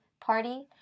party